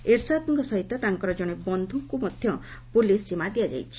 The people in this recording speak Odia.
ଇସାଦଙ୍କ ସହିତ ତାଙ୍କର ଜଣେ ବନ୍ଧୁଙ୍କୁ ମଧ୍ୟ ପୁଲିସ୍ ଜିମା ଦିଆଯାଇଛି